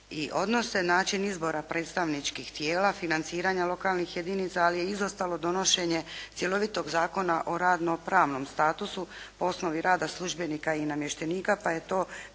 odnose, način izbora predstavničkih tijela, financiranja lokalnih jedinica ali je izostalo donošenje cjelovitog Zakona o radno pravnom statusu po osnovi rada službenika i namještenika pa je to prijelazno